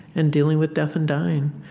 and dealing with death and dying.